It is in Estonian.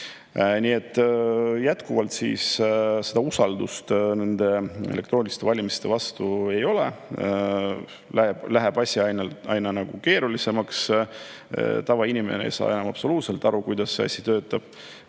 Nii et jätkuvalt seda usaldust elektrooniliste valimiste vastu ei ole. Asi läheb aina keerulisemaks. Tavainimene ei saa enam absoluutselt aru, kuidas see asi töötab,